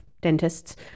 dentists